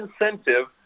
incentive